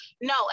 No